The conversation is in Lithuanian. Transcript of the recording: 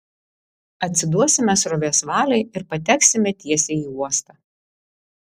atsiduosime srovės valiai ir pateksime tiesiai į uostą